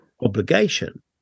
obligation